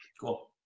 Cool